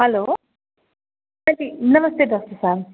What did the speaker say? hello हांजी नमस्ते doctor साहब